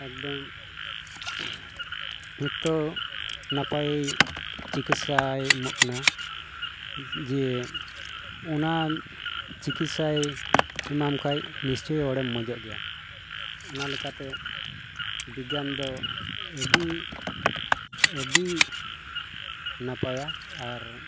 ᱮᱠᱫᱚᱢ ᱱᱤᱛᱚ ᱱᱟᱯᱟᱭ ᱪᱤᱠᱤᱛᱥᱟᱭ ᱮᱢᱚᱜ ᱠᱟᱱᱟ ᱡᱮ ᱚᱱᱟ ᱪᱤᱠᱤᱛᱥᱟᱭ ᱮᱢᱟᱢ ᱠᱷᱟᱡ ᱱᱤᱥᱪᱚᱭ ᱦᱚᱲᱮᱢ ᱢᱚᱡᱚᱜ ᱜᱮᱭᱟ ᱚᱱᱟ ᱞᱮᱠᱟᱛᱮ ᱵᱤᱜᱽᱜᱟᱱ ᱫᱚ ᱟᱹᱰᱤ ᱟᱹᱰᱤ ᱱᱟᱯᱟᱭᱟ ᱟᱨ